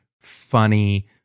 funny